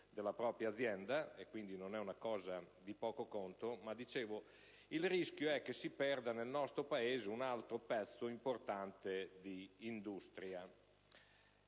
Grazie